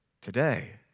Today